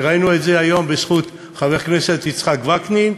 וראינו את זה היום בזכות חבר הכנסת יצחק וקנין: